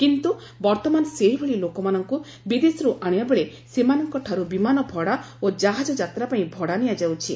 କିନ୍ତୁ ବର୍ତ୍ତମାନ ସେହିଭଳି ଲୋକମାନଙ୍କୁ ବିଦେଶରୁ ଆଣିବା ବେଳେ ସେମାନଙ୍କଠାରୁ ବିମାନ ଭଡ଼ା ଓ ଜାହାଜ ଯାତ୍ରା ପାଇଁ ଭଡ଼ା ନିଆଯାଉଛି